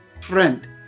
Friend